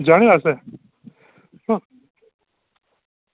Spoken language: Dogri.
जाने आस्तै